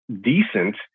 decent